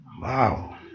Wow